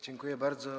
Dziękuję bardzo.